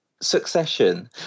Succession